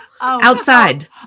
outside